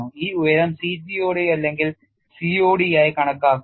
ഈ ഉയരം CTOD അല്ലെങ്കിൽ COD ആയി കണക്കാക്കുന്നു